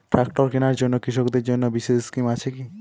Tractor কেনার জন্য কৃষকদের জন্য বিশেষ স্কিম আছে কি?